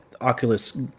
Oculus